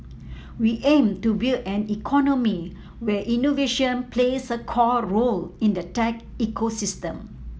we aim to build an economy where innovation plays a core role in the tech ecosystem